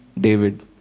David